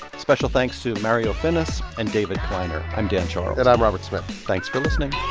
special thanks to mario finnis and david pliner. i'm dan charles and i'm robert smith thanks for listening